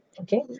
Okay